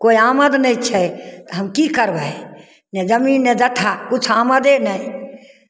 कोइ आमद नहि छै तऽ हम की करबै नहि जमीन नहि जथा किछु आमदे नहि